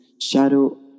shadow